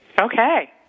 Okay